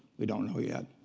we don't know yet,